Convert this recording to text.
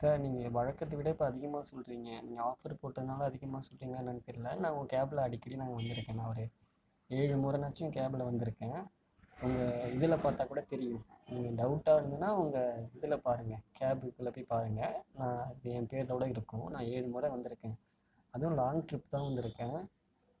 sir நீங்கள் வழக்கத்தை விட இப்போ அதிகமாக சொல்கிறிங்க நீங்கள் ஆஃபர் போட்டதனால அதிகமாக சொல்கிறிங்களா என்னென்னு தெரில நான் உங்கள் கேபில் அடிக்கடி நான் வந்திருக்கேன் நான் ஒரு ஏழு முறைனாச்சும் கேபில் வந்திருக்கேன் உங்கள் இதில் பார்த்தா கூட தெரியும் நீங்கள் டவுட்டாருந்துதுனா உங்கள் இதில் பாருங்கள் கேபுக்குள்ளே போய் பாருங்கள் என் பேரோட இருக்கும் நான் ஏழு முறை வந்திருக்கேன் அதுவும் லாங் டிரிப் தான் வந்துருக்கேன்